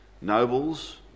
nobles